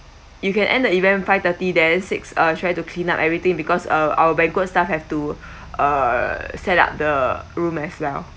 you can end the event five-thirty then six uh try to clean up everything because uh our banquet staff have to uh set up the room as well